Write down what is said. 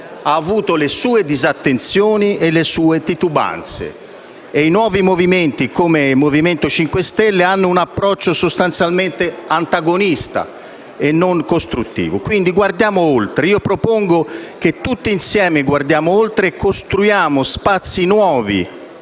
ha avuto le sue disattenzioni e le sue titubanze. E i nuovi movimenti, come il Movimento 5 Stelle, hanno un approccio sostanzialmente antagonista e non costruttivo. Quindi, guardiamo oltre. Io propongo che tutti insieme guardiamo oltre e costruiamo spazi e